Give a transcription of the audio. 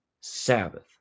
Sabbath